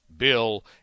bill